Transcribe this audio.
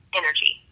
energy